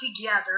together